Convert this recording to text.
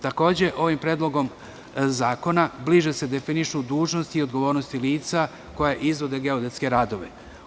Takođe, ovim predlogom zakona bliže se definišu dužnosti i odgovornosti lica koja izvode geodetske radove.